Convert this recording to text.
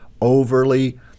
overly